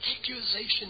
accusation